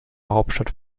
hauptstadt